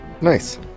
Nice